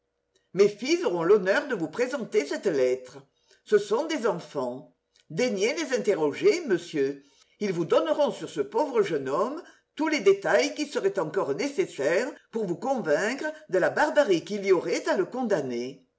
mes fils auront l'honneur de vous présenter cette lettre ce sont des enfants daignez les interroger monsieur ils vous donneront sur ce pauvre jeune homme tous les détails qui seraient encore nécessaires pour vous convaincre de la barbarie qu'il y aurait à le condamner